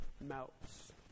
melts